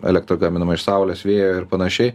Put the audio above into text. elektra gaminama iš saulės vėjo ir panašiai